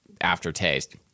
aftertaste